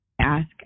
ask